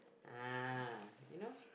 ah you know